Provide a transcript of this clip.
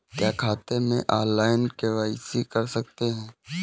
क्या खाते में ऑनलाइन के.वाई.सी कर सकते हैं?